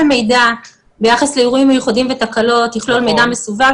שהמידע ביחס לערעורים מיוחדים ותקלות יכלול מידע מסווג,